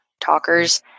talkers